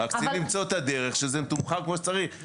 אבל --- אבל צריך למצוא את הדרך שזה יהיה מתומחר כמו שצריך.